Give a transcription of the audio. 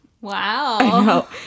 Wow